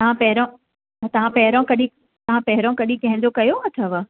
तव्हां पहिरियों तव्हां पहिरियों कॾहिं तव्हां पहिरियों कॾहिं कंहिंजो कयो अथव